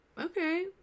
Okay